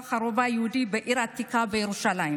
הרובע היהודי בעיר העתיקה בירושלים,